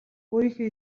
өөрийнхөө